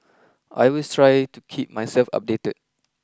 I always try to keep myself updated